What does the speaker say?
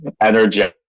energetic